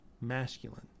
Masculine